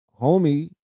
homie